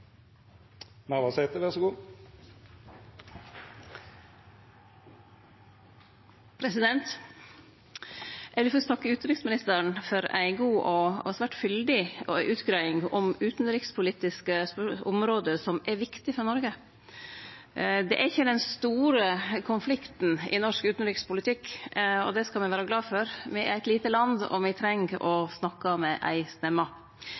takke utanriksministeren for ei god og svært fyldig utgreiing om utanrikspolitiske område som er viktige for Noreg. Det er ikkje den store konflikten i norsk utanrikspolitikk, og det skal me vere glade for. Me er eit lite land, og me treng å snakke med éi stemme.